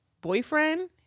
boyfriend